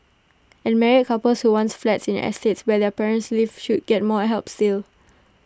and married couples who want flats in estates where their parents live should get more help still